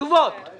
האם